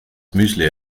müsli